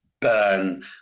burn